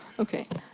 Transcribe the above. ok,